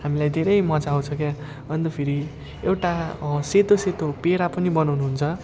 हामीलाई धेरै मजा आउँछ क्या अन्त फेरि एउटा सेतो सेतो पेडा पनि बनाउनुहुन्छ